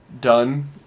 done